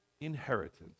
inheritance